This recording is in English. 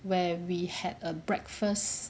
where we had a breakfast